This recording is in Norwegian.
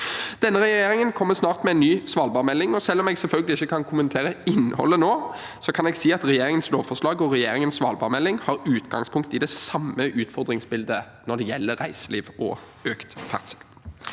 Denne regjeringen kommer snart med ny svalbardmelding. Selv om jeg selvfølgelig ikke kan kommentere innholdet nå, kan jeg si at regjeringens lovforslag og regjeringens svalbardmelding har utgangspunkt i det samme utfordringsbildet når det gjelder reiseliv og økt ferdsel.